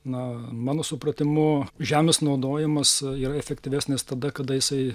na mano supratimu žemės naudojimas yra efektyvesnis tada kada jisai